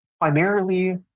primarily